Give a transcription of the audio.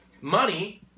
money